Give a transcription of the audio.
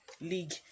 League